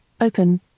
open